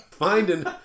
Finding